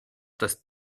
dass